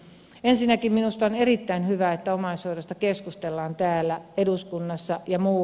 ensinnäkin minusta on erittäin hyvä että omaishoidosta keskustellaan täällä eduskunnassa ja muu